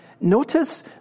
notice